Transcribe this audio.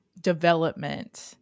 development